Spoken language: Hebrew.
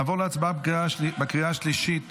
נעבור להצבעה בקריאה השלישית